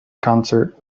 concert